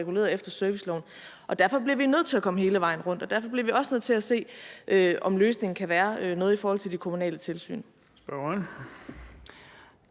reguleret efter serviceloven, og derfor bliver vi nødt til at komme hele vejen rundt, og derfor bliver vi også nødt til at se, om løsningen kan være noget i forhold til de kommunale tilsyn.